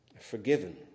forgiven